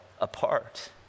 apart